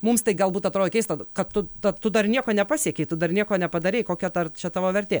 mums tai galbūt atrodo keista kad tu ta tu dar nieko nepasiekei tu dar nieko nepadarei kokia čia tavo vertė